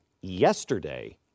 yesterday